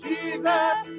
Jesus